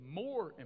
more